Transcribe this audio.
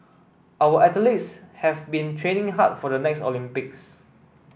our athletes have been training hard for the next Olympics